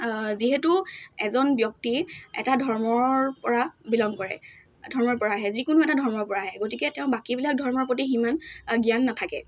যিহেতু এজন ব্যক্তি এটা ধৰ্মৰ পৰা বিলং কৰে ধৰ্মৰ পৰা আহে যিকোনো এটা ধৰ্মৰ পৰা আহে গতিকে তেওঁৰ বাকীবিলাক ধৰ্মৰ প্ৰতি সিমান জ্ঞান নাথাকে